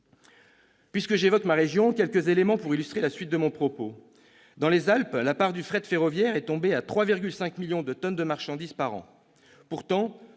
sur quelques éléments qui me permettront d'illustrer la suite de mon propos. Dans les Alpes, la part du fret ferroviaire est tombée à 3,5 millions de tonnes de marchandises par an. Pourtant,